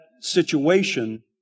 situation